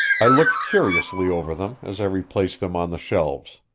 i looked curiously over them as i replaced them on the shelves.